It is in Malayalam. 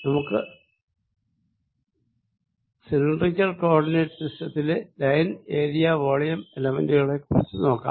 നമുക്ക് സിലിണ്ടറിക്കൽ കോ ഓർഡിനേറ്റ് സിസ്റ്റത്തിലെ ലൈൻ ഏരിയ വോളിയം എലെമെന്റുകളെക്കുറിച്ച് നോക്കാം